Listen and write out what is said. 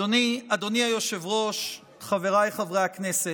אדוני היושב-ראש, חבריי חברי הכנסת,